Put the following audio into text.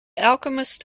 alchemist